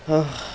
ha